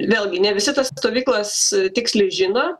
vėlgi ne visi tas stovyklas tiksliai žino